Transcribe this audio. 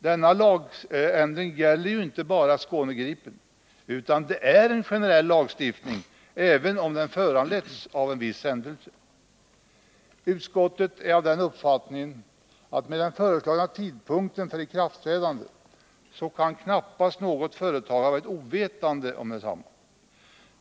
Denna lagändring gäller ju inte bara Skåne-Gripen, utan det är en generell lagstiftning, även om den föranletts av en viss händelse. Utskottet är av den 29 uppfattningen att knappast något företag kan ha varit ovetande om den föreslagna tidpunkten för ikraftträdandet.